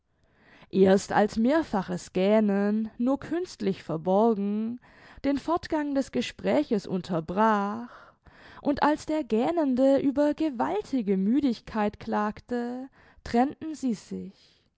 erst als mehrfaches gähnen nur künstlich verborgen den fortgang des gespräches unterbrach und als der gähnende über gewaltige müdigkeit klagte trennten sie sich